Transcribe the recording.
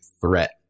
threat